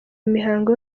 imihango